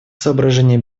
соображения